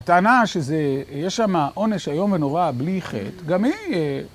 טענה שיש שם עונש איום ונורא, בלי חטא, גם היא...